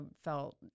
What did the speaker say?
felt